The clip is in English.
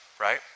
right